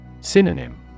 Synonym